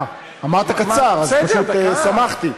אמרת קצר, אז פשוט שמחתי.